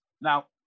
Now